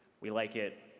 we like it.